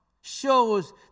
shows